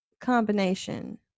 combination